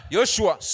Joshua